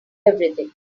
everything